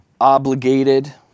obligated